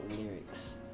lyrics